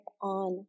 on